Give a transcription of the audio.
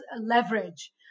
leverage